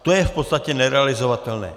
To je v podstatě nerealizovatelné.